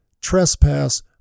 trespass